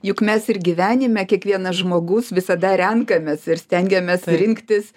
juk mes ir gyvenime kiekvienas žmogus visada renkamės ir stengiamės rinktis